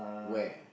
where